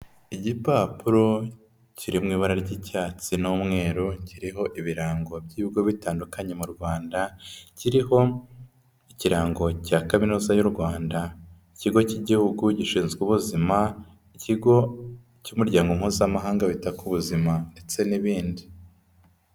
Igipapuro kiri mu ibara ry'icyatsi n'umweru kiriho ibirango by'ibigo bitandukanye mu Rwanda, kiriho ikirango cya kaminuza y'u Rwanda, ikigo cy'igihugu gishinzwe ubuzima, Ikigo cy'umuryango Mpuzamahanga wita ku buzima ndetse n'ibindi.